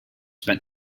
spend